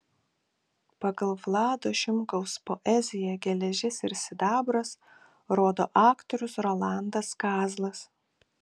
pagal vlado šimkaus poeziją geležis ir sidabras rodo aktorius rolandas kazlas